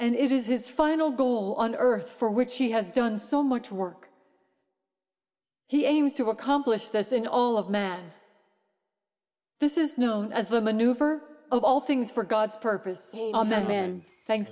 and it is his final goal on earth for which he has done so much work he aims to accomplish this in all of man this is known as the maneuver of all things for god's purpose amen